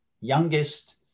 youngest